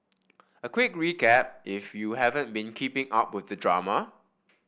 a quick recap if you haven't been keeping up with the drama